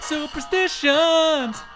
Superstitions